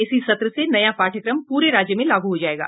इसी सत्र से नया पाठ्यक्रम प्रे राज्य में लागू हो जाएगा